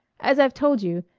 as i've told you,